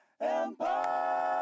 Empire